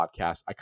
podcast